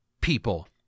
people